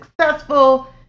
successful